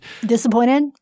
disappointed